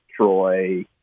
Troy